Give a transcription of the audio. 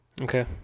Okay